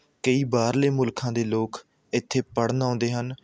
ਕਈ ਬਾਹਰਲੇ ਮੁਲਕਾਂ ਦੇ ਲੋਕ ਇੱਥੇ ਪੜ੍ਹਨ ਆਉਂਦੇ ਹਨ